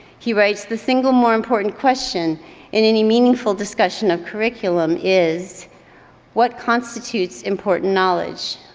he writes, the single more important question in any meaningful discussion of curriculum is what constitutes important knowledge?